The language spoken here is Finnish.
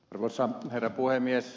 arvoisa herra puhemies